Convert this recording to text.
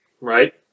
right